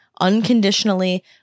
unconditionally